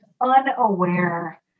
unaware